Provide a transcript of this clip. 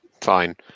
Fine